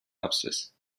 apsis